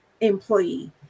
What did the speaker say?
employee